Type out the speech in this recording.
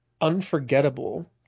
unforgettable